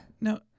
now